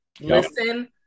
listen